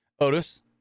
Otis